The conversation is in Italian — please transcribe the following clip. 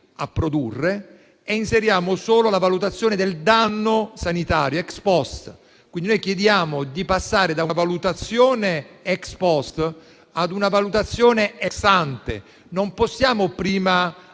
a produrre e si inserisce solo la valutazione del danno sanitario *ex post.* Quello che chiediamo è di passare da una valutazione *ex post* ad una valutazione *ex ante*. Non possiamo prima